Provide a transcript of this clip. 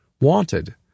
Wanted